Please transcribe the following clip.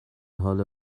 حال